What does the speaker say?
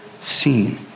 seen